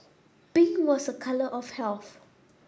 pink was a colour of health